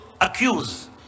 accuse